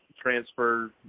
transfer